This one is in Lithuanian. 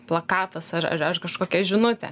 plakatas ar ar ar kažkokia žinutė